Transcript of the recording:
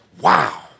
Wow